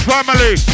Family